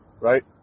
Right